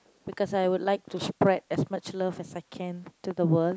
because I would like to spread as much love as I can to the world